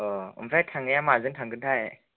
अ ओमफ्राय थांनाया माजों थांगोनथाय